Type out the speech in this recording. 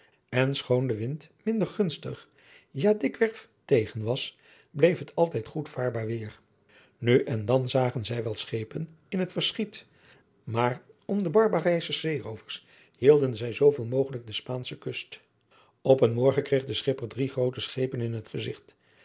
en schoon de wind minder gunstig ja dikwerf tegen was bleef het altijd goed vaarbaar weêr nu en dan zagen zij wel schepen in het verschiet maar om de barbarijsche zeeroovers hielden zij zooveel mogelijk de spaansche kust op een morgen kreeg de schipper drie groote schepen in het gezigt